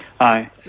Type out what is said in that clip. Hi